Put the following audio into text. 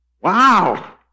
Wow